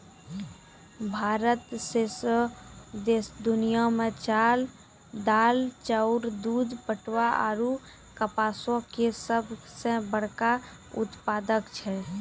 भारत सौंसे दुनिया मे दाल, चाउर, दूध, पटवा आरु कपासो के सभ से बड़का उत्पादक छै